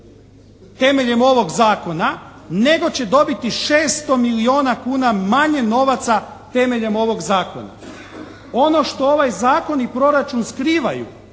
temeljem ovog zakona, nego će dobiti 600 milijuna kuna manje novaca temeljem ovog zakona. Ono što ovaj zakon i proračun skrivaju